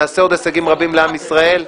נעשה עוד הישגים רבים לעם ישראל.